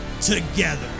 Together